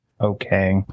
Okay